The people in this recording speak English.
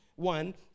One